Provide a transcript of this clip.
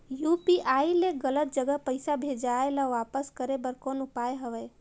UPI ले गलत जगह पईसा भेजाय ल वापस करे बर कौन उपाय हवय?